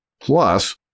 Plus